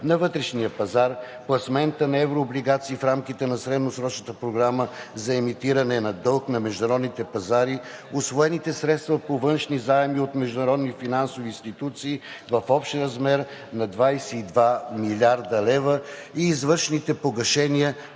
на вътрешния пазар, пласмента на еврооблигации в рамките на средносрочната програма за емитиране на дълг на международните пазари, усвоените средства по външни заеми от международни финансови институции в общ размер на 22 млрд. лв. и извършените погашения